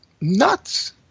nuts